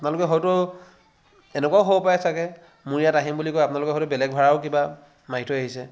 আপোনালোকে হয়তো এনেকুৱাও হ'ব পাৰে ছাগৈ মোৰ ইয়াত আহিম বুলি কৈ আপোনালোকে হয়তো বেলেগ ভাড়াও কিবা মাৰি থৈ আহিছে